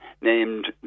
named